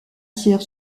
tire